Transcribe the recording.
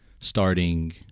starting –